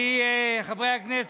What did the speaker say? חברי הכנסת,